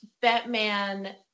Batman